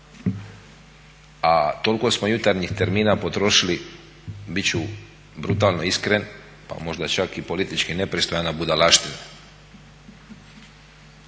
a toliko smo jutarnjih termina potrošili bit ću brutalno iskren pa možda čak i politički nepristrojan, na budalaštine.